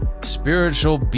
spiritual